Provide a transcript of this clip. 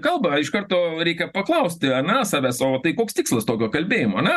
kalba iš karto reikia paklausti ar ne savęs o tai koks tikslas tokio kalbėjimo ane